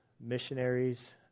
missionaries